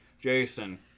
Jason